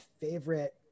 favorite